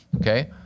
okay